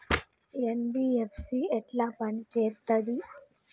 NBFC ఎట్ల పని చేత్తది?